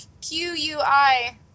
Q-U-I